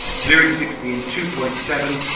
zero to sixty in two point seven,